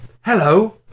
Hello